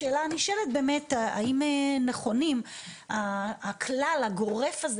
השאלה הנשאלת האם נכונים הכלל הגורף הזה